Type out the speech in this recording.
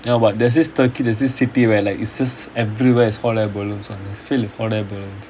ya but there's this turkey there's this city where like it's just everywhere hot air balloons one is filled with hot air balloons